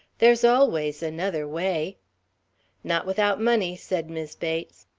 there's always another way not without money, said mis' bates.